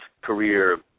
career